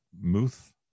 Muth